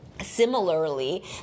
similarly